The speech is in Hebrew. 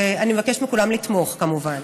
ואני מבקשת מכולם לתמוך, כמובן.